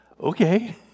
Okay